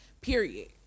period